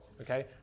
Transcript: okay